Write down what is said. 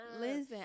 Listen